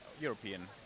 European